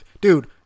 Dude